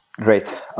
Great